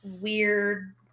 weird